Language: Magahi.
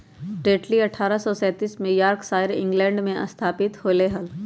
टेटली अठ्ठारह सौ सैंतीस में यॉर्कशायर, इंग्लैंड में स्थापित होलय हल